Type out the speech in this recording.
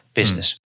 business